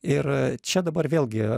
ir čia dabar vėlgi